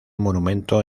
monumento